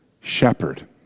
shepherd